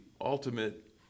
ultimate